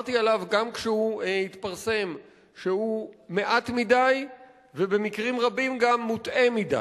אמרתי עליו גם כשהוא התפרסם שהוא מעט מדי ובמקרים רבים גם מוטעה מדי.